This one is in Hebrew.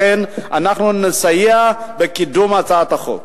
לכן אנחנו נסייע בקידום הצעת החוק.